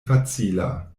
facila